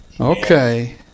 Okay